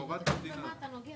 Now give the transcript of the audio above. תודה רבה.